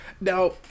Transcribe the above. Now